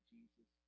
Jesus